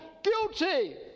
guilty